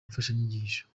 imfashanyigisho